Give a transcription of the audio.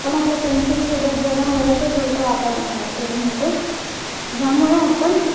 आपण आपलं पेन्सिलसोबत जरा मिळतं जुळतं वातावरण तयार करून घेतो ज्यामुळे आपण